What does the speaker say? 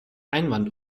einwand